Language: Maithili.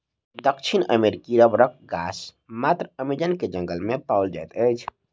दक्षिण अमेरिकी रबड़क गाछ मात्र अमेज़न के जंगल में पाओल जाइत अछि